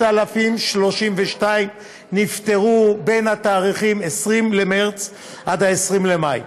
3,032 נפטרו בין התאריכים 20 במרס עד 20 במאי.